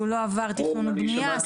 שהוא לא עבר תכנון ובנייה,